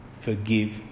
forgive